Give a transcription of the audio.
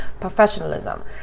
professionalism